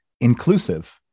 inclusive